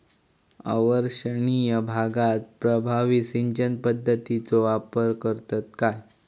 अवर्षणिय भागात प्रभावी सिंचन पद्धतीचो वापर करतत काय?